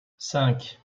cinq